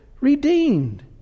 redeemed